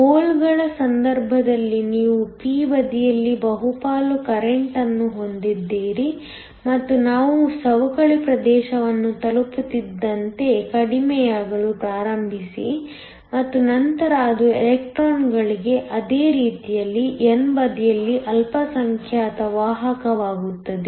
ಹೋಲ್ಗಳ ಸಂದರ್ಭದಲ್ಲಿ ನೀವು p ಬದಿಯಲ್ಲಿ ಬಹುಪಾಲು ಕರೆಂಟ್ನ್ನು ಹೊಂದಿದ್ದೀರಿ ಮತ್ತು ನಾವು ಸವಕಳಿ ಪ್ರದೇಶವನ್ನು ತಲುಪುತ್ತಿದ್ದಂತೆ ಕಡಿಮೆಯಾಗಲು ಪ್ರಾರಂಭಿಸಿ ಮತ್ತು ನಂತರ ಅದು ಎಲೆಕ್ಟ್ರಾನ್ಗಳಿಗೆ ಅದೇ ರೀತಿಯಲ್ಲಿ n ಬದಿಯಲ್ಲಿ ಅಲ್ಪಸಂಖ್ಯಾತ ವಾಹಕವಾಗುತ್ತದೆ